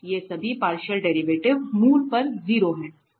ये सभी partial derivative मूल पर 0 हैं